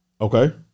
Okay